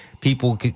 people